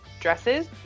dresses